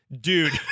dude